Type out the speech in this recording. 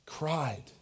cried